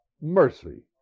mercy